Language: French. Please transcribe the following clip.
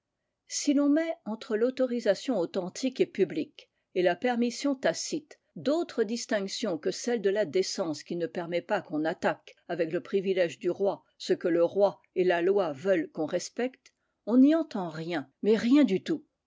si l'on met entre l'autorisation authentique et publique et la permission tacite d'autres distinctions que celles de la décence qui ne permet pas qu'on attaque avec le privilège du roi ce que le roi et la loi veulent qu'on respecte on n'y entend rien mais rien du tout